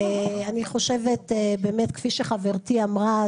כפי שחברתי אמרה,